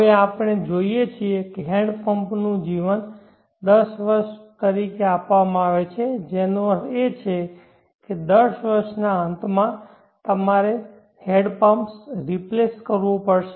હવે આપણે જોઈએ છીએ કે હેન્ડપંપનું જીવન 10 વર્ષ તરીકે આપવામાં આવે છે જેનો અર્થ છે કે 10 વર્ષના અંતમાં અમારે હેન્ડપંપ્સ રિપ્લેસ કરવો પડશે